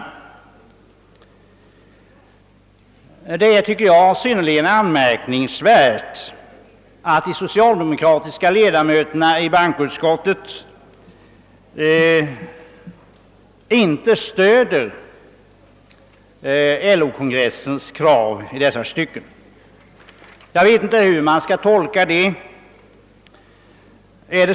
Det är, tycker jag, anmärkningsvärt att de socialdemokratiska ledamöterna av bankoutskottet inte stöder LO-kongressens krav i dessa stycken. Jag vet inte hur man skall tolka det.